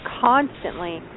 constantly –